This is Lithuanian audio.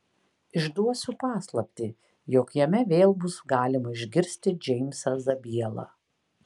išduosiu paslaptį jog jame vėl bus galima išgirsti džeimsą zabielą